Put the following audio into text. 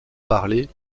parler